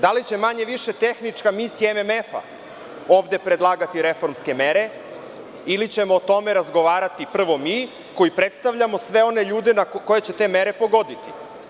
Da li će, manje-više, tehnička misija MMF ovde predlagati reformske mere ili ćemo o tome razgovarati prvo mi koji predstavljamo sve one ljude koje će te mere pogoditi?